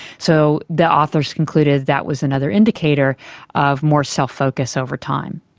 so the authors concluded that was another indicator of more self-focus over time.